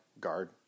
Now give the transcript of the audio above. guard